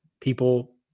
people